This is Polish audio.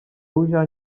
zuzia